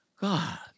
God